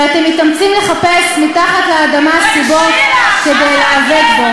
ואתם מתאמצים לחפש מתחת לאדמה סיבות להיאבק בו.